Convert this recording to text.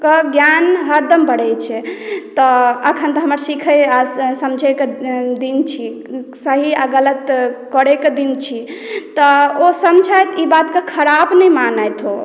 के ज्ञान हरदम बढ़ै छै तऽ अखन तऽ हमर सीखै आ समझैक दिन छी सही आ गलत करैक दिन छी तऽ ओ समझैत ई बातक खराब नहि मानैत ओ